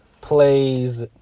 plays